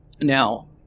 Now